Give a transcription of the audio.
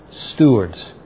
stewards